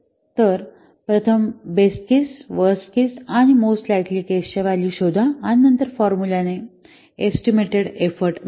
तर प्रथम best case worst case आणि मोस्ट लाइकली केस च्या व्हॅल्यू शोधा आणि नंतर फॉर्मुल्याने एस्टीमेटेड एफर्ट मिळेल